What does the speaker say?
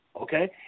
Okay